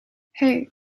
hey